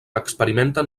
experimenten